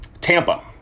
Tampa